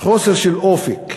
חוסר אופק.